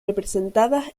representadas